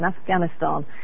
Afghanistan